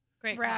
Great